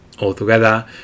Altogether